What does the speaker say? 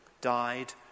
died